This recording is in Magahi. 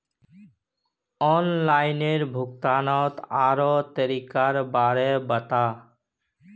ऑनलाइन भुग्तानेर आरोह तरीकार बारे बता